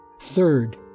Third